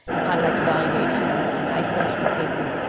contact evaluation and isolation of cases,